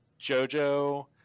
JoJo